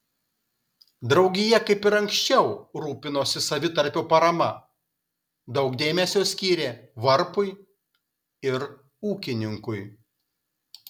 draugija kaip ir anksčiau rūpinosi savitarpio parama daug dėmesio skyrė varpui ir ūkininkui